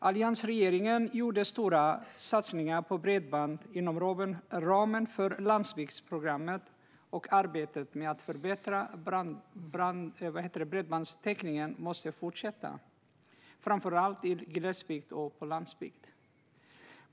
Alliansregeringen gjorde stora satsningar på bredband inom ramen för landsbygdsprogrammet, och arbetet med att förbättra bredbandstäckningen måste fortsätta, framför allt i glesbygd och på landsbygd.